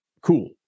cool